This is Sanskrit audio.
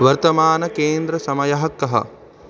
वर्तमानकेन्द्रसमयः कः